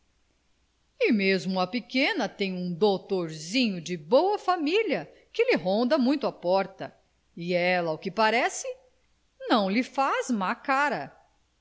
mesmo a pequena tem um doutorzinho de boa família que lhe ronda muito a porta e ela ao que parece não lhe faz má cara